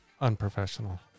unprofessional